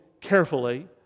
carefully